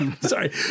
Sorry